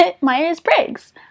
Myers-Briggs